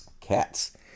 Cats